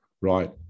right